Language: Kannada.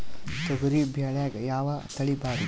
ತೊಗರಿ ಬ್ಯಾಳ್ಯಾಗ ಯಾವ ತಳಿ ಭಾರಿ?